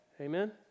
Amen